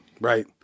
right